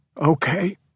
Okay